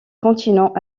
continent